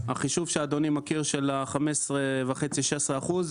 החישוב שאדוני מכיר של ה-16-15.5 אחוזים,